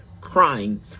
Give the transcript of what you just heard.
crying